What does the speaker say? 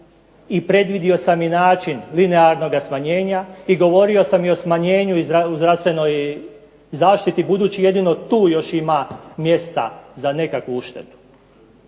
i predvidio sam i način linearnoga smanjenja i govorio sam i o smanjenju u zdravstvenoj zaštiti budući jedino tu još ima mjesta za nekakvu uštedu.